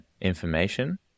information